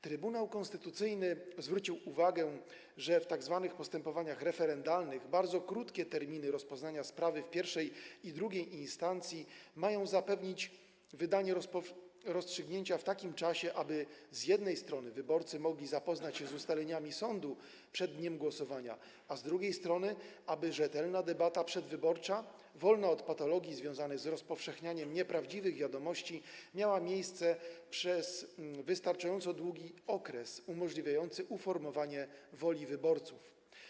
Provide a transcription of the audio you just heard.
Trybunał Konstytucyjny zwrócił uwagę, że w tzw. postępowaniach referendalnych bardzo krótkie terminy rozpoznania sprawy w I i II instancji mają zapewnić wydanie rozstrzygnięcia w takim czasie, aby z jednej strony wyborcy mogli zapoznać się z ustaleniami sądu przed dniem głosowania, a z drugiej strony, aby rzetelna debata przedwyborcza, wolna od patologii związanych z rozpowszechnianiem nieprawdziwych wiadomości, miała miejsce przez wystarczająco długi okres, umożliwiający uformowanie woli wyborców.